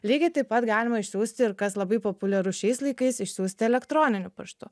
lygiai taip pat galima išsiųsti ir kas labai populiarus šiais laikais išsiųsti elektroniniu paštu